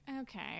Okay